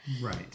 right